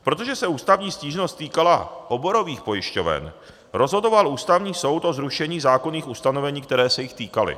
Protože se ústavní stížnost týkala oborových pojišťoven, rozhodoval Ústavní soud o zrušení zákonných ustanovení, která se jich týkala.